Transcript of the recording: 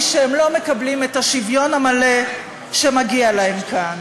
שהם לא מקבלים את השוויון המלא שמגיע להם כאן.